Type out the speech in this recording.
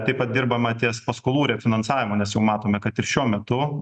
taip pat dirbama ties paskolų refinansavimu nes jau matome kad ir šiuo metu